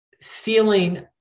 feeling